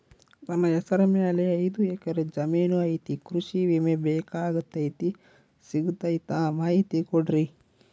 ನನ್ನ ಹೆಸರ ಮ್ಯಾಲೆ ಐದು ಎಕರೆ ಜಮೇನು ಐತಿ ಕೃಷಿ ವಿಮೆ ಬೇಕಾಗೈತಿ ಸಿಗ್ತೈತಾ ಮಾಹಿತಿ ಕೊಡ್ರಿ?